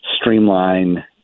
streamline